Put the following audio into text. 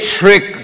trick